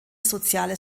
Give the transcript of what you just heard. soziale